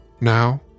Now